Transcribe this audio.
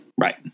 Right